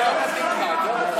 מה ההגדרה של ערפאת?